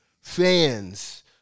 fans